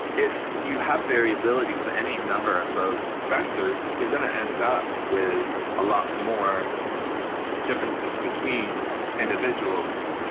if you have variability with any number of those factors, you're going to end up with a lot more differences between individuals.